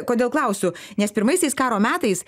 kodėl klausiu nes pirmaisiais karo metais